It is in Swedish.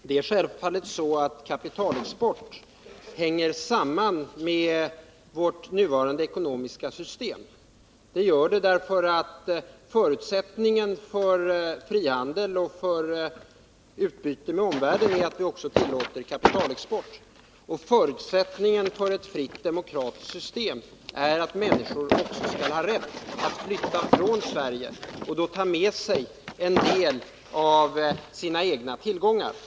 Fru talman! Självfallet hänger kapitalexporten samman med vårt nuvarande ekonomiska system. Förutsättningen för frihandel och för utbyte med omvärlden är nämligen att vi också tillåter kapitalexport. Förutsättningen för ett fritt demokratiskt system är att människor har rätt att flytta från Sverige och då ta med sig en del av sina egna tillgångar.